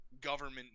government